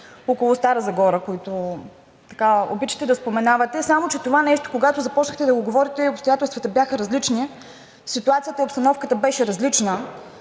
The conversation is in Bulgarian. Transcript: около Стара Загора, които обичате да споменавате. Само че това нещо, когато започнахте да го говорите, обстоятелствата бяха различни, ситуацията и обстановката бяха различни